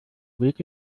weg